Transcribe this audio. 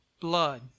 blood